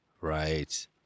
Right